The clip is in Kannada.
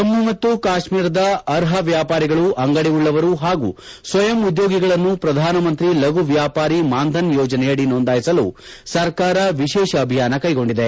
ಜಮ್ಮು ಮತ್ತು ಕಾಶ್ಮೀರದ ಅರ್ಹತೆಯುಳ್ಳ ವ್ಯಾಪಾರಿಗಳು ಅಂಗಡಿ ಉಳ್ಳವರು ಹಾಗೂ ಸ್ವಯಂ ಉದ್ಯೋಗಿಗಳನ್ನು ಪ್ರಧಾನಮಂತ್ರಿ ಲಘು ವ್ಯಾಪಾರಿ ಮಾನ್ ಧನ್ ಯೋಜನೆಯಡಿ ನೋಂದಾಯಿಸಲು ಸರ್ಕಾರ ವಿಶೇಷ ಅಭಿಯಾನ ಕ್ಲೆ ಗೊಂಡಿದೆ